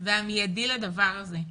והמיידי לדבר הזה.